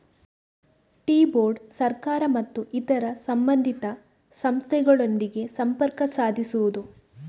tea board ಸರ್ಕಾರ ಮತ್ತು ಇತರ ಸಂಬಂಧಿತ ಸಂಸ್ಥೆಗಳೊಂದಿಗೆ ಸಂಪರ್ಕ ಸಾಧಿಸುವುದು